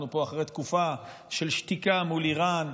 אנחנו פה אחרי תקופה של שתיקה מול איראן,